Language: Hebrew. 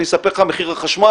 אני אספר לך על מחיר החשמל.